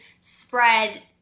spread